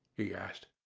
he asked.